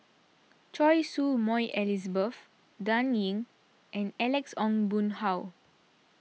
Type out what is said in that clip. Choy Su Moi Elizabeth Dan Ying and Alex Ong Boon Hau